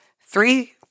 Three